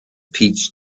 peach